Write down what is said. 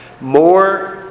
more